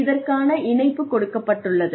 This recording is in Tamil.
இதற்கான இணைப்பு கொடுக்கப்பட்டுள்ளது